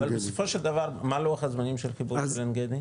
בסופו של דבר, מה לוח הזמנים של החיבור בעין גדי?